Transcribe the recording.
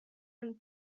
and